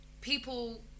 people